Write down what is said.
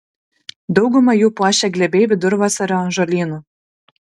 daugumą jų puošia glėbiai vidurvasario žolynų